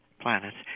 planets